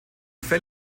fell